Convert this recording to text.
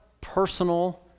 personal